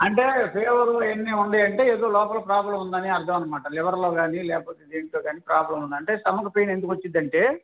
అంటే ఫీవరు అవన్నీ ఉన్నాయంటే ఏదో లోపల ప్రోబ్లం ఉందని అర్థం అనమాట లివర్లో కానీ లేకపోతే దేంట్లో కానీ ప్రాబ్లం ఉందంటే స్టమక్ పెయిన్ ఎందుకొచ్చిదంటే